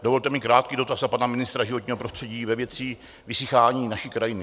Dovolte mi krátký dotaz na pana ministra životního prostředí ve věci vysychání naší krajiny.